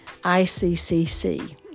ICCC